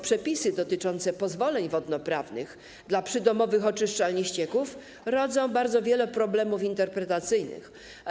Przepisy dotyczące pozwoleń wodno-prawnych dla przydomowych oczyszczalni ścieków rodzą bardzo wiele problemów interpretacyjnych.